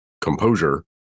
composure